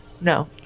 No